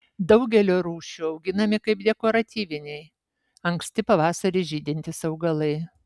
daugelio rūšių auginami kaip dekoratyviniai anksti pavasarį žydintys augalai